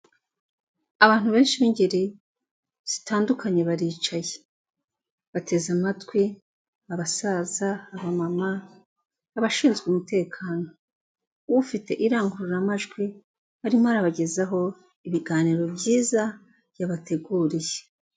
Abantu benshi b'ingeri zitandukanye baricaye. Bateze amatwi, abasaza, abamama, abashinzwe umutekano. Ufite irangururamajwi arimo arabagezaho ibiganiro byiza yabateguriye.